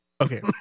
Okay